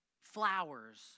flowers